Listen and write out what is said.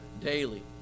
daily